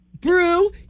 Brew